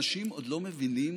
אנשים עוד לא מבינים